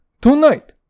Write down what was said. tonight